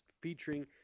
featuring